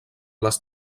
les